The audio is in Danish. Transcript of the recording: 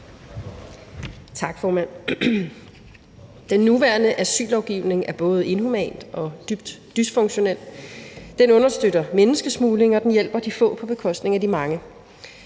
Thiesen (NB): Den nuværende asyllovgivning er både inhuman og dybt dysfunktionel. Den understøtter menneskesmugling, og den hjælper de få på bekostning af de mange.